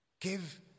Give